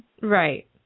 Right